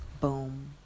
boom